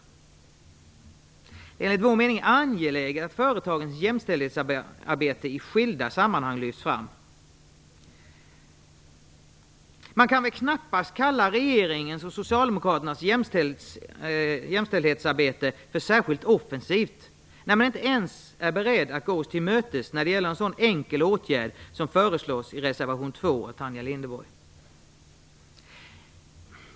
Det är enligt vår mening angeläget att företagens jämställdhetsarbete i skilda sammanhang lyfts fram. Man kan väl knappast kalla regeringens och socialdemokraternas jämställdhetsarbete särskilt offensivt, med tanke på att de inte ens är beredda att tillmötesgå kravet på en så enkel åtgärd som den som föreslås i reservation 2 av Tanja Linderborg.